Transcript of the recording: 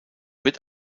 wird